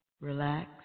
relax